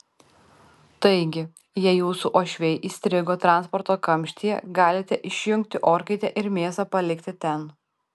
taigi jei jūsų uošviai įstrigo transporto kamštyje galite išjungti orkaitę ir mėsą palikti ten